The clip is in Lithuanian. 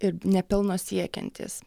ir ne pelno siekiantys